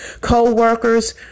co-workers